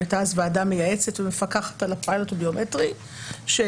הייתה אז ועדה מייצגת ומפקחת על הפיילוט הביומטרי שאמרה